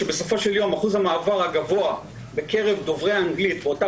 אחוז המעבר הגבוה בקרב דוברי אנגלית באותה